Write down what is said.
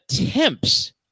attempts